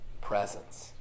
presence